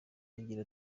agira